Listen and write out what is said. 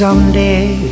Someday